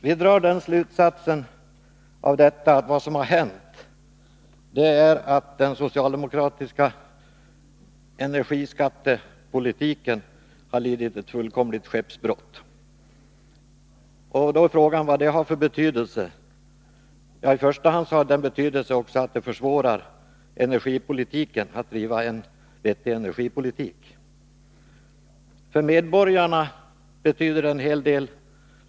Vi drar av detta slutsatsen att vad som har hänt är att den socialdemokratiska energiskattepolitiken har lidit ett fullkomligt skeppsbrott. Då är frågan vad det har för betydelse. Ja, i första hand har det den betydelsen att det försvårar möjligheterna att bedriva en vettig energipolitik. För medborgarna betyder det en hel del.